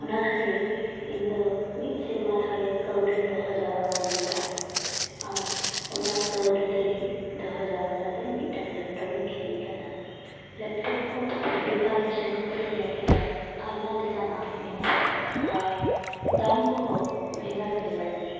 ᱚᱱᱟ ᱠᱷᱟᱹᱛᱤᱨ ᱤᱧᱫᱚ ᱢᱤᱫ ᱥᱮᱨᱢᱟ ᱫᱷᱚᱨᱮ ᱠᱟᱹᱣᱰᱤᱧ ᱫᱚᱦᱚ ᱡᱟᱣᱨᱟ ᱞᱮᱫᱟ ᱟᱨ ᱚᱱᱟ ᱠᱟᱹᱣᱰᱤ ᱛᱮᱜᱮ ᱫᱚᱦᱚ ᱡᱟᱣᱨᱟ ᱠᱟᱛᱮ ᱢᱤᱫᱴᱟᱝ ᱞᱮᱯᱴᱚᱯ ᱤᱧ ᱠᱤᱨᱤᱧ ᱠᱮᱫᱟ ᱞᱮᱯᱴᱚᱯ ᱦᱚᱸ ᱫᱚᱠᱟᱱ ᱨᱮ ᱥᱮᱱ ᱠᱟᱛᱮ ᱤᱧ ᱧᱮᱞ ᱠᱮᱫᱟ ᱟᱭᱢᱟ ᱞᱮᱠᱟᱱᱟᱜ ᱢᱮᱱᱟᱜᱼᱟ ᱟᱨ ᱫᱟᱢ ᱠᱚᱦᱚᱸ ᱵᱷᱮᱜᱟᱨ ᱵᱷᱮᱜᱟᱨ ᱜᱮᱭᱟ